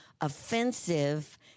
offensive